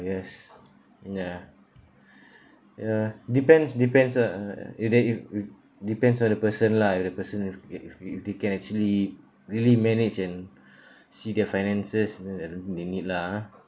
yes ya ya depends depends ah uh uh and then if it depends on the person lah if the person if if if if they can actually really manage and see their finances and then I don't think they need lah ah